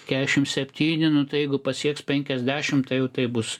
keturiasdešimt septyni nu tai jeigu pasieks penkiasdešimt tai jau tai bus